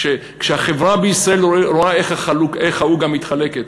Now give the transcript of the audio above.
כשהחברה בישראל רואה איך העוגה מתחלקת,